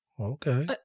Okay